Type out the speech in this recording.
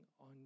on